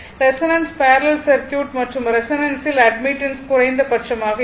resonance parallel circuit மற்றும் resonance admittance குறைந்தபட்சமாக இருக்கும்